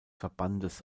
verbandes